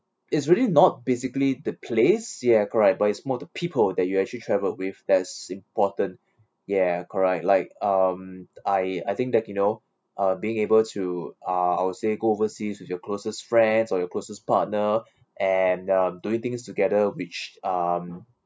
it's really not basically the place ya correct but it's more the people that you actually traveled with that's important ya correct like um I I think that you know uh being able to uh I would say go overseas with your closest friends or your closest partner and um doing things together which um